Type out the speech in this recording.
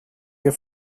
your